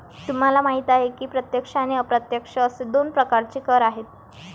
तुम्हाला माहिती आहे की प्रत्यक्ष आणि अप्रत्यक्ष असे दोन प्रकारचे कर आहेत